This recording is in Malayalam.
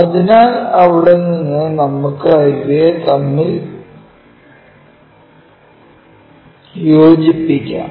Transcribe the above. അതിനാൽ അവിടെ നിന്ന് നമുക്ക് ഇവയെ തമ്മിൽ യോജിപ്പിക്കാം